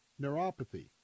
neuropathy